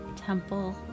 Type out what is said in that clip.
temple